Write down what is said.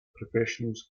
professionals